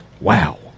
Wow